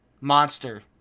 monster